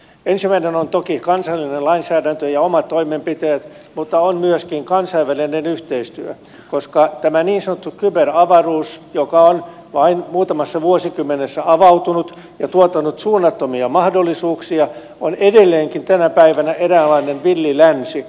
ensimmäinen on toki kansallinen lainsäädäntö ja omat toimenpiteet mutta on myöskin kansainvälinen yhteistyö koska tämä niin sanottu kyberavaruus joka on vain muutamassa vuosikymmenessä avautunut ja tuottanut suunnattomia mahdollisuuksia on edelleenkin tänä päivänä eräänlainen villi länsi